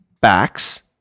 backs